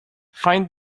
find